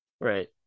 right